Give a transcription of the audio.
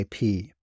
IP